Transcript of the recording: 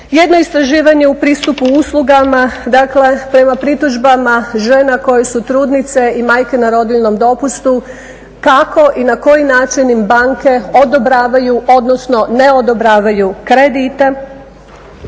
jedno istraživanje u pristupu uslugama dakle prema pritužbama žena koje su trudnice i majke na rodiljnom dopustu, kako i na koji način im banke odobravaju odnosno ne odobravaju kredite.